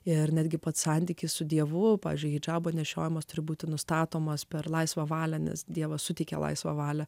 ir netgi pats santykis su dievu pavyzdžiui hidžabo nešiojimas turi būti nustatomas per laisvą valią nes dievas suteikia laisvą valią